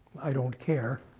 i don't care.